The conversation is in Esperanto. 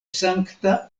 sankta